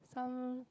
some